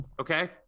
Okay